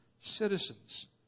citizens